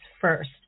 first